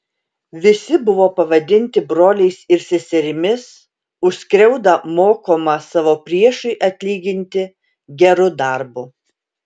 visi buvo pavadinti broliais ir seserimis už skriaudą mokoma savo priešui atlyginti geru darbu